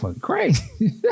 crazy